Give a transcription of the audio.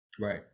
Right